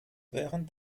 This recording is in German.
während